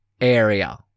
area